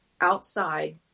outside